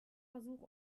versuch